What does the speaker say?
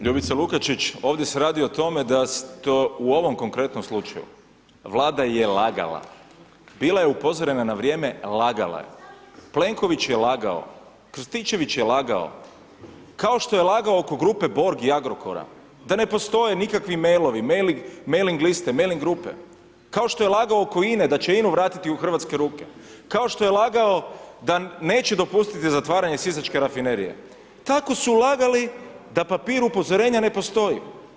Ljubice Lukačić ovdje se radi o tome da se to u ovom konkretnom slučaju Vlada je lagala, bila je upozorena na vrijeme, lagala je, Plenković je lagao, Krstičević je lagao, kao što je lagao oko grupe Borg i Agrokora, da ne postoje nikakvi meilovi, meiling liste, meiling grupe, kao što je lagao oko INE da će INU vratiti u hrvatske ruke, kao što je lagao da neće dopustiti zatvaranje Sisačke rafinerije, tako su lagali da papir upozorenja ne postoji.